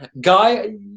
Guy